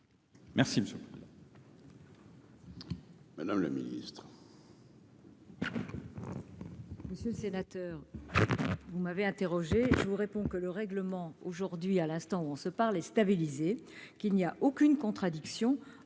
merci monsieur le président